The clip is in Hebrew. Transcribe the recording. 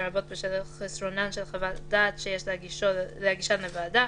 לרבות בשל חסרונן של חוות דעת שיש להגישן לוועדה,